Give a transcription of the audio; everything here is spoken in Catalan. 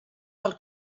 del